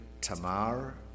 Tamar